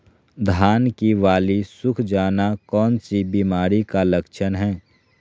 धान की बाली सुख जाना कौन सी बीमारी का लक्षण है?